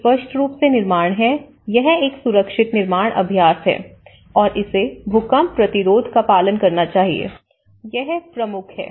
एक स्पष्ट रूप से निर्माण है यह एक सुरक्षित निर्माण अभ्यास है और इसे भूकंप प्रतिरोध का पालन करना चाहिए यह प्रमुख है